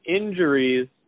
injuries